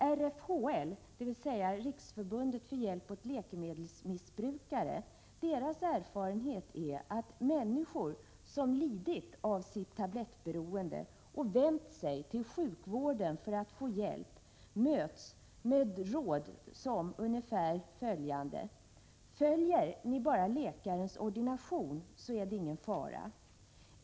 Erfarenheten hos RFHL, Riksförbundet för hjälp åt läkemedelsmissbrukare, är att människor som lidit av sitt tablettberoende och vänt sig till sjukvården för att få hjälp möts med råd som detta: Följer ni bara läkarens ordination så är det ingen fara.